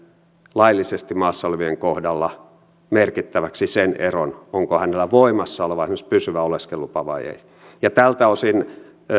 laillisesti maassa olevien kohdalla merkittäväksi sen eron onko hänellä voimassa oleva esimerkiksi pysyvä oleskelulupa vai ei tältä osin